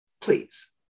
please